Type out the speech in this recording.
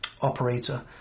operator